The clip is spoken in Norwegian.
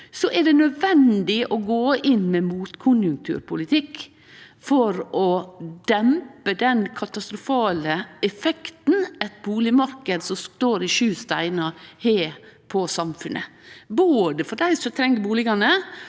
at det er nødvendig å gå inn med motkonjunkturpolitikk for å dempe den katastrofale effekten ein bustadmarknad som står i sju steinar, har på samfunnet, både for dei som treng bustadene,